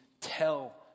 tell